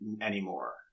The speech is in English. anymore